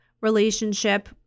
relationship